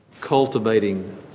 cultivating